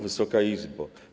Wysoka Izbo!